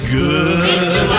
good